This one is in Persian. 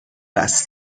است